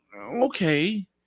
okay